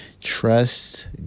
Trust